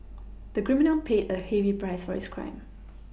the criminal paid a heavy price for his crime